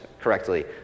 correctly